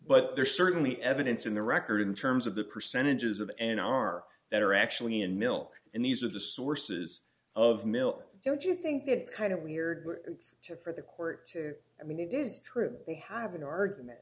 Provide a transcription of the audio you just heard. but there's certainly evidence in the record in terms of the percentages of n r that are actually in milk and these are the sources of mill don't you think that kind of weird and to for the court to i mean it is true they have an argument